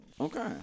Okay